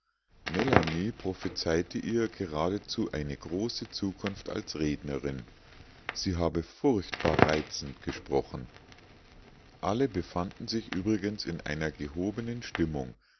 prophezeite ihr geradezu eine große zukunft als rednerin sie habe furchtbar reizend gesprochen alle befanden sich übrigens in einer gehobenen stimmung